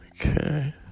Okay